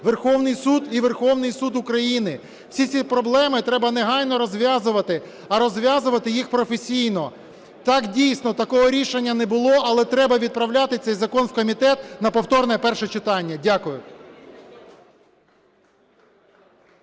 Верховний Суд і Верховний Суд України. Всі ці проблеми треба негайно розв'язувати і розв'язувати їх професійно. Так, дійсно, такого рішення не було, але треба відправляти цей закон в комітет на повторне перше читання. Дякую.